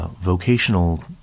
vocational